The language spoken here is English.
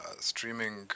streaming